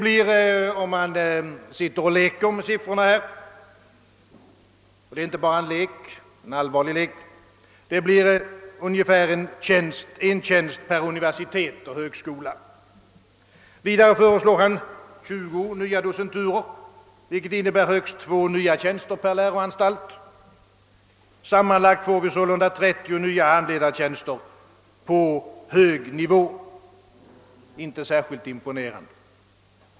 Leker man med siffrorna — det är en allvarlig lek — finner man att det blir ungefär en tjänst per universitet och högskola. Vidare föreslår statsrådet 20 nya docenturer, vilket innebär högst två nya tjänster per läroanstalt. Sammanlagt får vi sålunda 30 nya handledartjänster på hög nivå, vilket inte är särskilt imponerande.